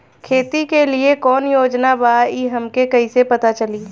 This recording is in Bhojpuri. खेती के लिए कौने योजना बा ई हमके कईसे पता चली?